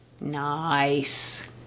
Nice